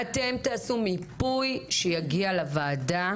אתם תעשו מיפוי שיגיע לוועדה,